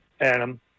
Adam